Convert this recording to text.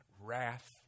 wrath